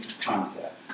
concept